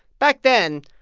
back then,